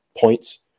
points